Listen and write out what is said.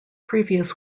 previous